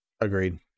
Agreed